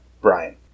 Brian